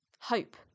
hope